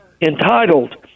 entitled